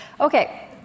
Okay